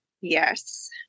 Yes